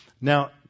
Now